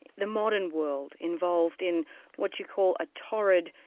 the modern world, involved in what you call a torrid,